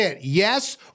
Yes